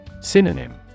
Synonym